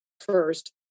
first